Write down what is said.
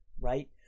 right